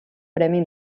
premi